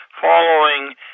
following